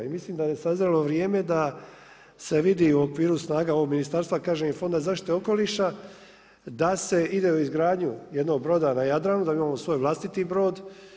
I mislim da je sazrilo vrijeme da se vidi u okviru snaga ovog ministarstva, kažem i Fonda zaštite okoliša, da se ide u izgradnju jednog broda na Jadranu, da imamo svoj vlastiti brod.